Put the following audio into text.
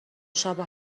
شبو